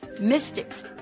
mystics